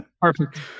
perfect